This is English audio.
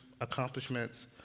accomplishments